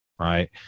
right